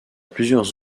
plusieurs